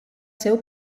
seu